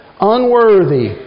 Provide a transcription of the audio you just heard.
Unworthy